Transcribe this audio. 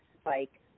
spike